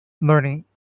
learning